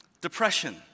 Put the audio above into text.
Depression